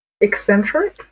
eccentric